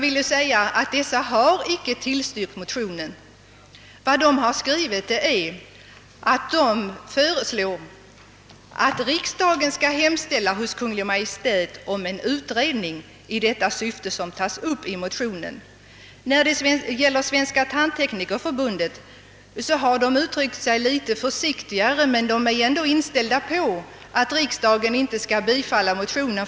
Dessa instanser har inte tillstyrkt motionerna. Dentallaboratoriernas riksförbund föreslår att riksdagen skall hemställa hos Kungl. Maj:t om en utredning i det syfte som anges i motionerna. Svenska tandieknikerförbundet har uttryckt sig litet försiktigare. Förbundet är tydligen inställt på att riksdagen inte kommer att bifalla motionerna.